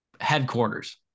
Headquarters